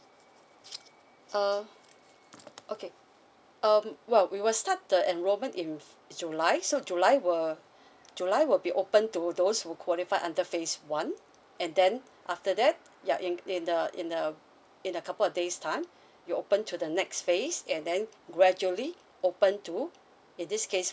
uh okay um well we will start enrollment in july so july will july will be open to those who qualified under phase one and then after that ya in in a in a in a couple of days time you open to the next phase and then gradually open to in this case